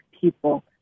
people